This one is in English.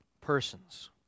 persons